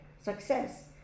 Success